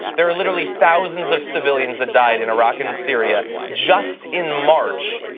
there are literally thousands of civilians that died in iraq and syria just in march.